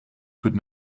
could